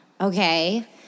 okay